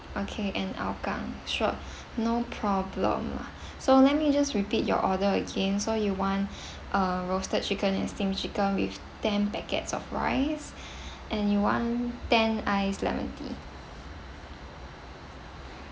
okay in hougang sure no problem lah so let me just repeat your order again so you want a roasted chicken and steamed chicken with ten packets of rice and you want ten iced lemon tea